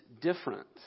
different